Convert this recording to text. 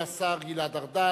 תודה רבה לשר גלעד ארדן.